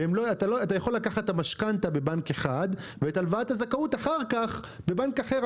אתה יכול לקחת את המשכנתא בבנק אחד ואת הלוואת הזכאות אחר כך בבנק אחר.